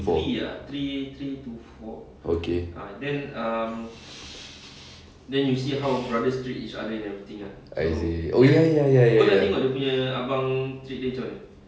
four okay I see oh ya ya ya ya ya